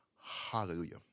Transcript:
Hallelujah